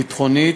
ביטחונית,